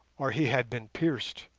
or he had been pierced.